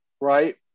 Right